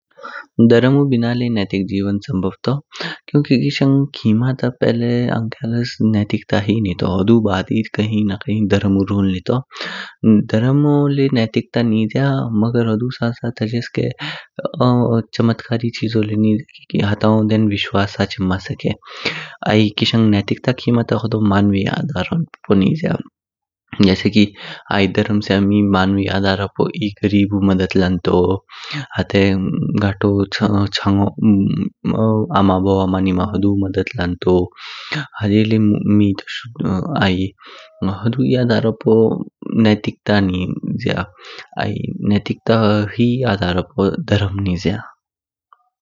धर्मु बिना ल्य्य नेटिक जीवन संभव तौ। क्यूंकि किशंग खिमा ता पहिले ध्यानस नेटिकता ही नीतो हुडु बाद ही खी ना खिन धर्मु रोल नीतो। धर्मो ल्य्य नेटिकता निज्या मगर हुडु अथ साथ हजेस्के चमत्कारी चीजो ल्य्य निज्या की हटाओ देन विश्वास हचिम माँ सके। आइ किशंग नेटिकता खिमा ता होडो मानविया आधारो पू निज्या। जेसे की आइद धर्म स्या मे मानविया आधारो पू ई गरीबु मिध्ध लान्तो। हाटे गतो चाइयों तंग आमा बोबा माँ निमा हुडु मिध्ध लान्तो। हजे ल्य्य मे तोश। आइ हुडुई आधारो नेटिकता निज्या आइ नेटिकता ही आधारो पू निज्या।